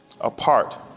apart